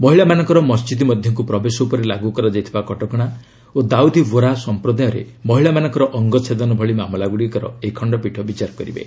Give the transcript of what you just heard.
ମହିଳାମାନଙ୍କର ମସଜିଦ ମଧ୍ୟକୁ ପ୍ରବେଶ ଉପରେ ଲାଗ୍ର କରାଯାଇଥିବା କଟକଣା ଓ ଦାଉଦି ବୋରା ସଂପ୍ରଦାୟରେ ମହିଳାମାନଙ୍କର ଅଙ୍ଗ ଛେଦନ ଭଳି ମାମଲାଗୁଡ଼ିକର ଏହି ଖଣ୍ଡପୀଠ ବିଚାର କରିବେ